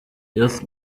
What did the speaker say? youth